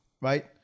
right